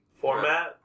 Format